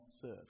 serve